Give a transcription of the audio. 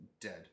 dead